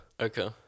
Okay